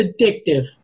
addictive